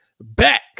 back